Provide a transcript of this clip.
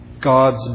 God's